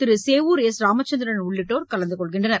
திரு Sevur S Ramachandran உள்ளிட்டோர் கலந்து கொள்கின்றனர்